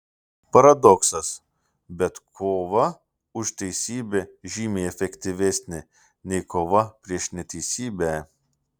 paradoksas bet kova už teisybę žymiai efektyvesnė nei kova prieš neteisybę